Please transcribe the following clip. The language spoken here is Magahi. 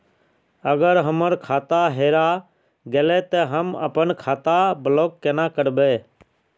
अगर हमर खाता हेरा गेले ते हम अपन खाता ब्लॉक केना करबे?